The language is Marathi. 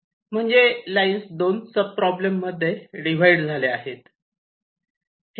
म्हणजे लाईन्स 2 सब प्रॉब्लेम मध्ये हे डिव्हाइड झाल्या आहे